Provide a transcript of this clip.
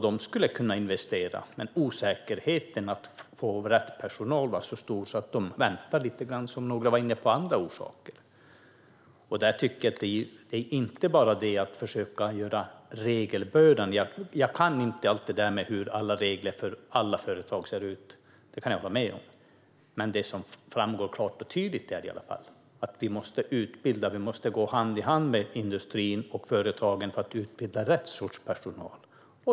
De skulle kunna investera, men osäkerheten när det gäller att få rätt personal är så stor att de väntar, som några var inne på. Det gäller inte bara regelbördan. Jag kan inte allt om hur alla regler för företag ser ut - det kan jag hålla med om - men det som framgår klart och tydligt är i alla fall att vi måste utbilda. Vi måste gå hand i hand med industrin och företagen för att utbilda rätt sorts personal.